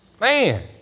Man